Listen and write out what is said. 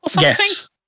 Yes